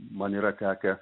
man yra tekę